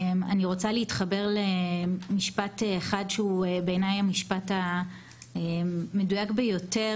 אני רוצה להתחבר למשפט אחד שהוא בעיניי המשפט המדויק ביותר